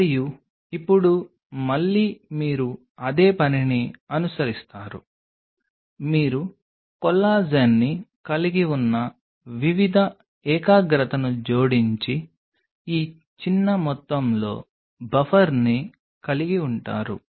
మరియు ఇప్పుడు మళ్లీ మీరు అదే పనిని అనుసరిస్తారు మీరు కొల్లాజెన్ని కలిగి ఉన్న వివిధ ఏకాగ్రతను జోడించి ఈ చిన్న మొత్తంలో బఫర్ని కలిగి ఉంటారు